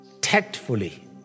tactfully